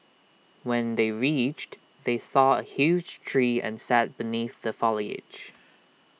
when they reached they saw A huge tree and sat beneath the foliage